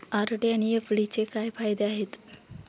RD आणि एफ.डीचे काय फायदे आहेत?